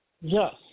Yes